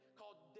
called